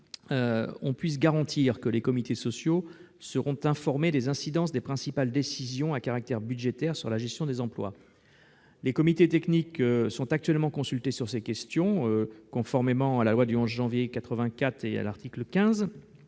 vise à garantir que les comités sociaux seront informés des incidences des principales décisions à caractère budgétaire sur la gestion des emplois. Les comités techniques sont actuellement consultés sur ces questions, conformément à l'article 15